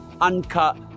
uncut